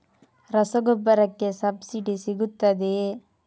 ರಸಗೊಬ್ಬರಕ್ಕೆ ಸಬ್ಸಿಡಿ ಸಿಗುತ್ತದೆಯೇ?